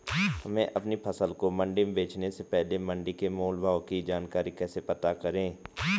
हमें अपनी फसल को मंडी में बेचने से पहले मंडी के मोल भाव की जानकारी कैसे पता करें?